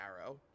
arrow